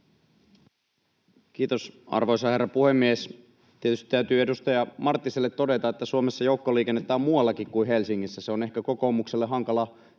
Kiitos, arvoisa herra puhemies! Tietysti täytyy edustaja Marttiselle todeta, että Suomessa on joukkoliikennettä muuallakin kuin Helsingissä — se on ehkä kokoomukselle hankala